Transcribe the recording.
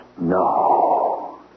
No